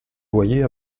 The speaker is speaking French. loyers